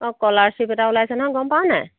অ' scholarship এটা ওলাইছে নহয় গম পাৱ নাই